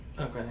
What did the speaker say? Okay